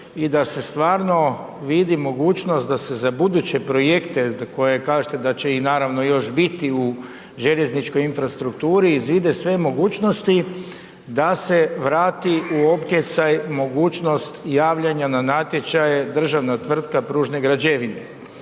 i da se stvarno vidi mogućnost da se za buduće projekte koje kažete da će ih naravno još biti u željezničkoj infrastrukturi izvide sve mogućnosti da se vrati u opticaj mogućnost javljanja na natječaj državna tvrtka Pružne građevine